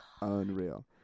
unreal